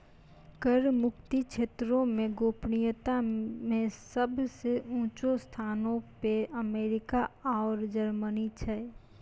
कर मुक्त क्षेत्रो मे गोपनीयता मे सभ से ऊंचो स्थानो पे अमेरिका आरु जर्मनी छै